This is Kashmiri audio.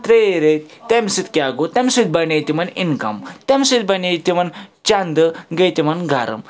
ترٛیٚیہِ ریٚتۍ تَمہِ سۭتۍ کیٛاہ گوٚو تَمہِ سۭتۍ بنے تِمَن اِنکَم تَمہِ سۭتۍ بنے تِمَن چَنٛدٕ گٔے تِمَن گرم